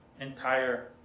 entire